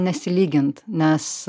nesilygint nes